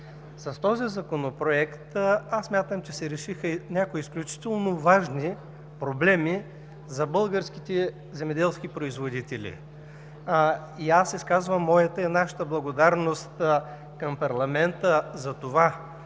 С този Законопроект смятам, че се решиха и някои изключително важни проблеми за българските земеделски производители. Изказвам моята и нашата благодарност към парламента, че